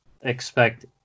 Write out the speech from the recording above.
expect